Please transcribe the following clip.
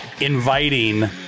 inviting